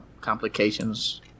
complications